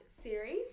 series